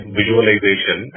visualization